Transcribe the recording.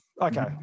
okay